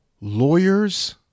lawyers